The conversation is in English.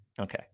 Okay